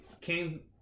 came